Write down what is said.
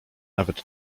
nawet